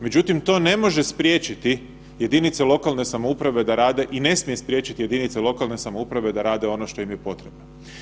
Međutim, to ne može spriječiti jedinice lokalne samouprave da rade i ne smije spriječiti jedinice lokalne samouprave da rade ono što im je potrebno.